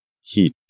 heat